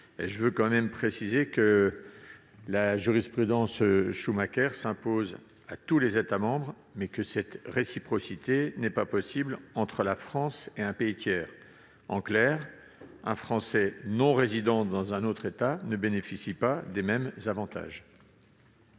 je veux préciser que cette jurisprudence Schumacker s'impose à tous les États membres, mais que cette réciprocité n'est pas possible entre la France et un pays tiers. En clair, un Français non résident dans un autre État ne bénéficie pas des mêmes avantages.